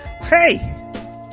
hey